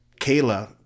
Kayla